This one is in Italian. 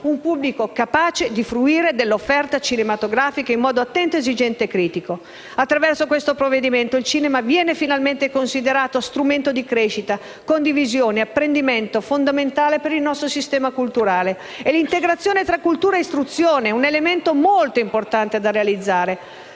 un pubblico capace di fruire dell'offerta cinematografica in modo attento, esigente e critico. Attraverso questo provvedimento, il cinema viene finalmente considerato uno strumento di crescita, condivisione e apprendimento, fondamentale per il nostro sistema culturale. L'integrazione tra cultura e istruzione è un elemento molto importante da realizzare.